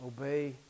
obey